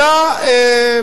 אלא,